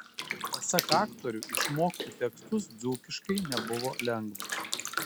pasak aktorių išmokti tekstus dzūkiškai nebuvo lengva